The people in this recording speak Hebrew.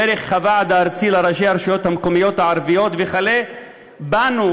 דרך הוועד הארצי והרשויות המקומיות הערביות וכלה בנו,